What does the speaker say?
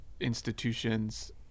institutions